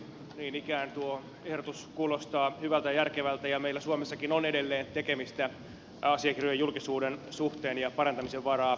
niin ikään tuo ehdotus kuulostaa hyvältä ja järkevältä ja meillä suomessakin on edelleen tekemistä asiakirjojen julkisuuden suhteen ja parantamisen varaa